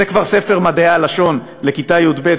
זה כבר ספר מדעי הלשון לכיתה י"ב,